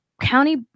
county